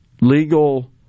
legal